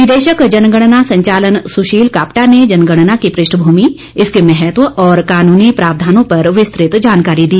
निदेशक जनगणना संचालन सुशील कापटा ने जनगणना की पृष्ठ भूमि इसके महत्व और कानुनी प्रावधानों पर विस्तुत जानकारी दी